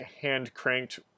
hand-cranked